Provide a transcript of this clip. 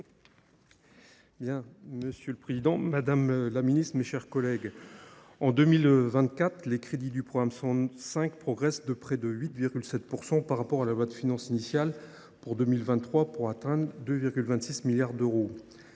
Monsieur le président, madame la ministre, mes chers collègues, en 2024, les crédits du programme 105 progressent de près de 8,7 % par rapport à la loi de finances initiale pour 2023, pour atteindre 2,26 milliards d’euros.